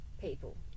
people